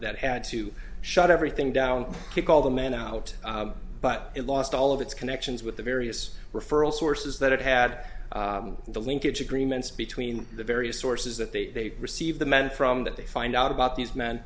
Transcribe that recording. that had to shut everything down to call the man out but it lost all of its connections with the various referral sources that it had the linkage agreements between the various sources that they received the men from that they find out about these men